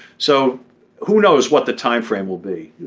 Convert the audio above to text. so who knows what the timeframe will be.